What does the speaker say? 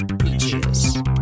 Peaches